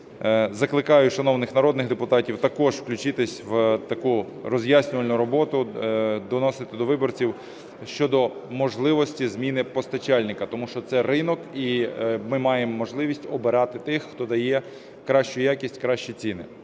Закликаю шановних народних депутатів також включитися в таку роз'яснювальну роботу, доносити до виборців щодо можливості зміни постачальника, тому що це ринок, і ми маємо можливість обирати тих, хто дає кращу якість, кращі ціни.